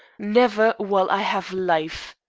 never, while i have life!